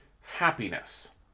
happiness